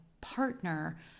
partner